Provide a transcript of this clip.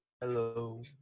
Hello